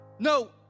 No